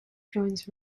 joins